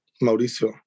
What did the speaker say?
Mauricio